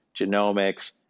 genomics